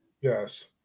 Yes